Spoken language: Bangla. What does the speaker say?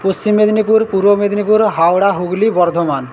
পশ্চিম মেদিনীপুর পূর্ব মেদিনীপুর হাওড়া হুগলি বর্ধমান